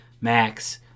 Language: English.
max